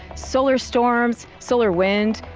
solar storms, solar wind.